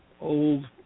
old